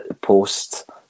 post